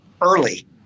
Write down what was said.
early